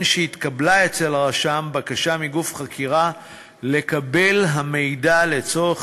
שהתקבלה אצל הרשם בקשה מגוף חקירה לקבל את המידע לצורך